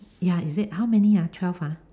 ya is it how many ah twelve ah